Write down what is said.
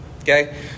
okay